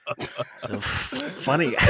Funny